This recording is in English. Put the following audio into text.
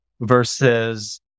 versus